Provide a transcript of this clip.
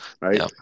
right